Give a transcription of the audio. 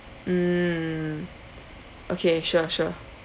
mm okay sure sure